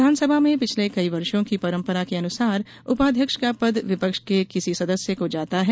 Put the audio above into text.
विधानसभा में पिछले कई वर्षो की परंपरा के अनुरूप उपाध्यक्ष का पद विपक्ष के किसी सदस्य को जाता रहा है